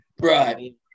Right